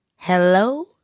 hello